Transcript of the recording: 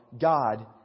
God